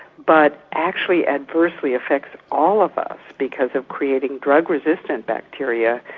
but actually adversely affects all of us because of creating drug-resistant bacteria,